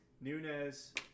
Nunez